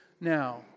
now